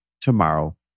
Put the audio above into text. tomorrow